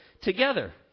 together